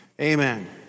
Amen